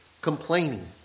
Complaining